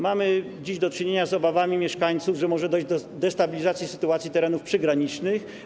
Mamy dziś do czynienia z obawami mieszkańców, że może dojść do destabilizacji sytuacji na terenach przygranicznych.